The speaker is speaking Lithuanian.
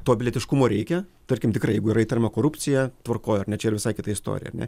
to pilietiškumo reikia tarkim tikrai jeigu yra įtariama korupcija tvarkoj ar ne čia yra visai kita istorija ar ne